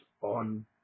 on